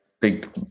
Big